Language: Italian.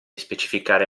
specificare